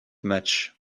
matchs